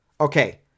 Okay